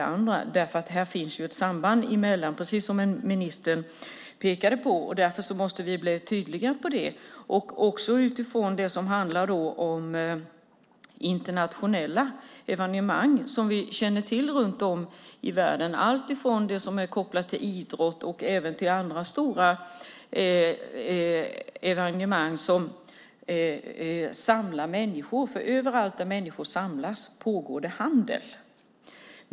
Här finns ett samband, precis som ministern pekade på. Därför måste vi bli tydliga. Det gäller bland annat vid internationella evenemang runt om i världen, från idrott till andra stora evenemang som samlar människor. Överallt där människor samlas pågår handel.